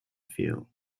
field